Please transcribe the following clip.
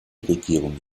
regierung